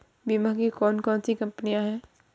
बीमा की कौन कौन सी कंपनियाँ हैं?